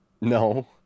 no